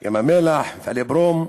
מפעלי ים-המלח ומפעל הברום,